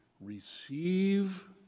receive